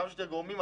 לכמה שיותר גורמים,